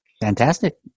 Fantastic